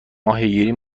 ماهیگیری